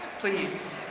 please,